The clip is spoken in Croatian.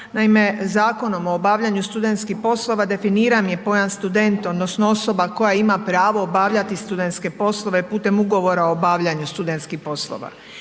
Naime, Zakonom o obavljanju studentskih poslova definiran je pojam student odnosno osoba koja ima pravo obavljati studentske poslove putem ugovora o obavljanju studentskih poslova.